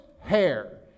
hair